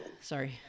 Sorry